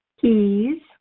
keys